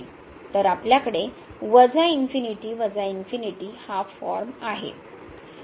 तर आपल्याकडे हा फॉर्म आहे